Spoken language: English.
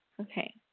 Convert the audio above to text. okay